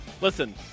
Listen